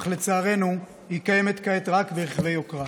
אך לצערנו היא קיימת כעת רק ברכבי יוקרה.